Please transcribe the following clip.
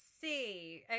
see